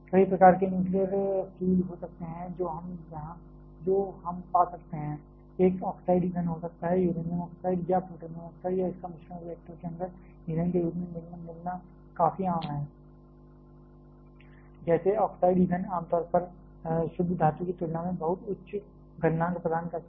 कई प्रकार के न्यूक्लियर फ्यूल हो सकते हैं जो हम पा सकते हैं एक ऑक्साइड ईंधन हो सकता है यूरेनियम ऑक्साइड या प्लूटोनियम ऑक्साइड या इसका मिश्रण रिएक्टर के अंदर ईंधन के रूप में मिलना काफी आम है जैसे ऑक्साइड ईंधन आम तौर पर शुद्ध धातु की तुलना में बहुत उच्च गलनांक प्रदान करते हैं